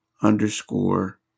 underscore